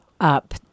up